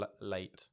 late